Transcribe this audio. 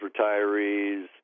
retirees